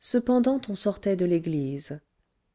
cependant on sortait de l'église